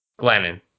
Glennon